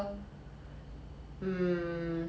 I think I will want to go and watch